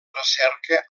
recerca